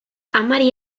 amari